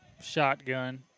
shotgun